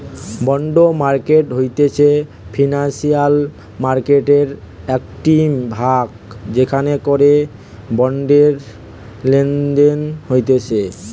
bond market হতিছে financial মার্কেটের একটিই ভাগ যেখান করে বন্ডের লেনদেন হতিছে